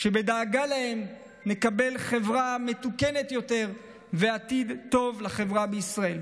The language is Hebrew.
בדאגה להם נקבל חברה מתוקנת יותר ועתיד טוב לחברה בישראל.